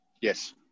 Yes